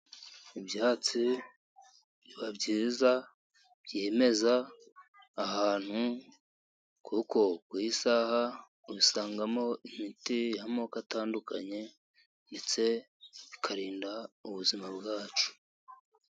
Ibyatsi biba byiza byimeza ahantu kuko ku isaha ubisangamo imiti y'amoko atandukanye ndetse ikarinda ubuzima bwacu.